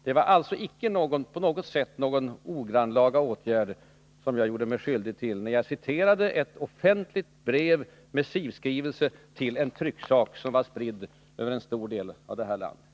Jag har alltså icke gjort mig skyldig till något ogrannlaga, när jag citerat ett offentligt brev, en missivskrivelse till en trycksak som var spridd över en stor del av landet.